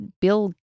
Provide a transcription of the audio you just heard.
Bill